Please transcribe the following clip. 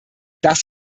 das